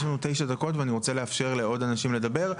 יש לנו תשע דקות ואני רוצה לאפשר לעוד אנשים לדבר.